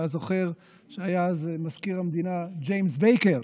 אתה זוכר שהיה אז מזכיר המדינה ג'יימס בייקר,